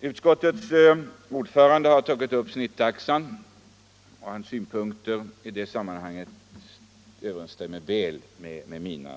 Utskottets ordförande har berört snittaxan. Hans synpunkter på den överensstämmer väl med mina.